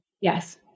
Yes